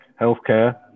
healthcare